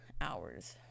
hours